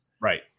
Right